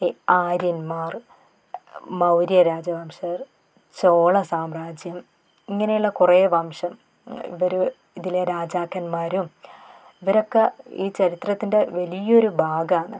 ഈ ആര്യന്മാർ മൗര്യ രാജവംശർ ചോള സാമ്രാജ്യം ഇങ്ങനെയുള്ള കുറെ വംശം ഇവർ ഇതിലെ രാജാക്കന്മാരും ഇവരൊക്ക ഈ ചരിത്രത്തിൻ്റെ വലിയൊരു ഭാഗമാണ്